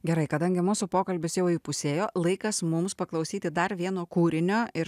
gerai kadangi mūsų pokalbis jau įpusėjo laikas mums paklausyti dar vieno kūrinio ir